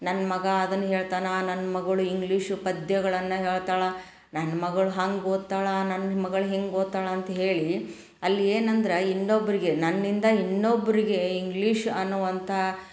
ನನ್ನ ಮಗ ಅದನ್ನು ಹೇಳ್ತಾನೆ ನನ್ನ ಮಗಳು ಇಂಗ್ಲೀಷು ಪದ್ಯಗಳನ್ನು ಹೇಳ್ತಾಳೆ ನಮ್ಮ ಮಗಳು ಹಂಗೆ ಓದ್ತಾಳೆ ನಮ್ಮ ಮಗಳು ಹಿಂಗೆ ಓದ್ತಾಳೆ ಅಂತ ಹೇಳಿ ಅಲ್ಲಿ ಏನಂದ್ರೆ ಇನ್ನೊಬ್ಬರಿಗೆ ನನ್ನಿಂದ ಇನ್ನೊಬ್ಬರಿಗೆ ಇಂಗ್ಲೀಷ್ ಅನ್ನುವಂಥ